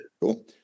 Cool